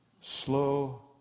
Slow